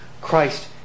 Christ